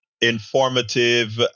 informative